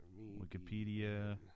Wikipedia